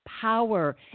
power